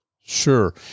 sure